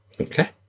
Okay